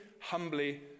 humbly